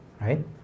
right